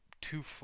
two